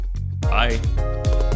bye